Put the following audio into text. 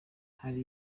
hari